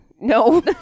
No